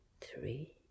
three